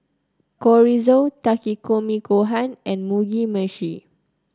Chorizo Takikomi Gohan and Mugi Meshi